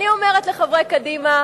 אני אומרת לחברי קדימה: